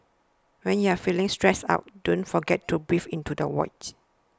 when you are feeling stressed out don't forget to breathe into the void